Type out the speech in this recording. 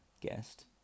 guest